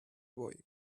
boy